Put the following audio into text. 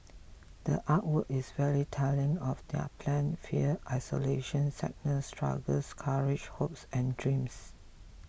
the art work is very telling of their plan fear isolation sadness struggles courage hopes and dreams